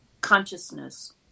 Consciousness